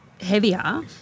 heavier